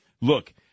look